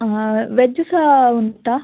ಹಾಂ ವೆಜ್ ಸಹ ಉಂಟ